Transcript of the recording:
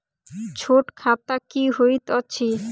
छोट खाता की होइत अछि